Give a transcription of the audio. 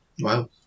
Wow